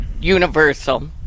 universal